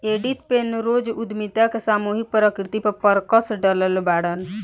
Edith Penrose उद्यमिता के सामूहिक प्रकृति पर प्रकश डलले बाड़न